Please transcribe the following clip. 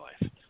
life